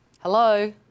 Hello